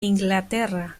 inglaterra